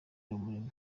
habumuremyi